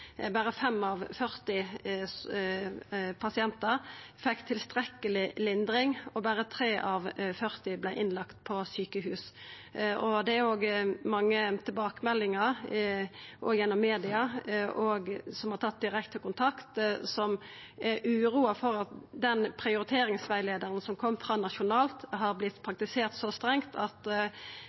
berre 5 av 40 pasientar fekk tilstrekkeleg lindring, og at berre 3 av 40 vart innlagde på sjukehus. Det er òg mange som gir tilbakemeldingar, både gjennom media og ved direkte kontakt, og er uroa for at den nasjonale prioriteringsrettleiaren har blitt praktisert så strengt at